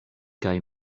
kaj